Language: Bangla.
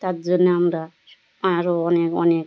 তার জন্য আমরা আরও অনেক অনেক